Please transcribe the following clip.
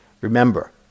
remember